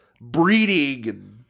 breeding